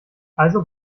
also